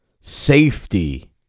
safety